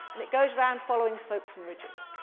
and it goes around following slopes and ridges.